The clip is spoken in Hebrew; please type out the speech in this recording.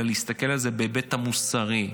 אלא להסתכל על זה בהיבט המוסרי.